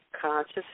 conscious